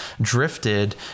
drifted